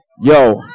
Yo